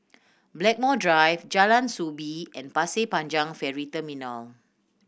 Blackmore Drive Jalan Soo Bee and Pasir Panjang Ferry Terminal